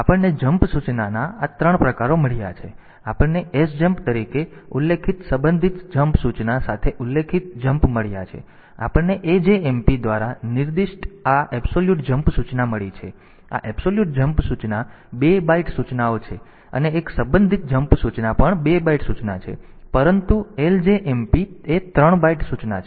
તેથી આપણને જમ્પ સૂચનાના આ 3 પ્રકારો મળ્યા છે આપણને sjmp તરીકે ઉલ્લેખિત સંબંધિત જમ્પ સૂચના સાથે ઉલ્લેખિત સંબંધિત જમ્પ મળ્યા છે અને આપણને ajmp દ્વારા નિર્દિષ્ટ આ એબ્સોલ્યુટ જમ્પ સૂચના મળી છે અને આ એબ્સોલ્યુટ જમ્પ સૂચના 2 બાઈટ સૂચના છે અને એક સંબંધિત જમ્પ સૂચના પણ 2 બાઈટ સૂચના છે પરંતુ આ ljmp સૂચના 3 બાઈટ સૂચના છે